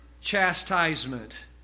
chastisement